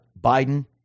Biden